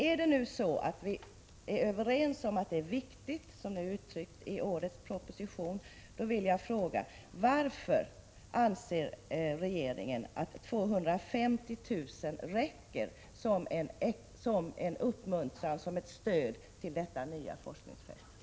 Är vi överens om att omvårdnaden är viktig — såsom det är uttryckt i årets proposition — vill jag fråga: Varför anser regeringen att 250 000 räcker som en uppmuntran och ett stöd till detta nya forskningsfält?